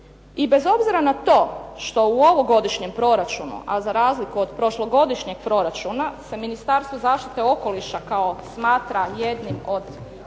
I bez obzira na to što u ovom godišnjem proračunu, a za razliku od prošlogodišnjeg proračuna se Ministarstvo zaštite okoliša kao smatra jednim od